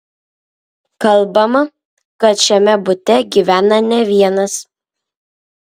kalbama kad šiame bute gyvena ne vienas